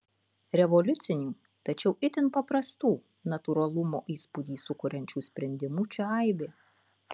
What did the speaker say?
revoliucinių tačiau itin paprastų natūralumo įspūdį sukuriančių sprendimų čia aibė